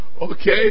Okay